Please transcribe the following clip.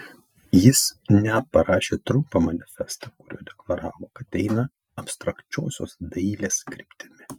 jis net parašė trumpą manifestą kuriuo deklaravo kad eina abstrakčiosios dailės kryptimi